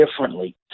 differently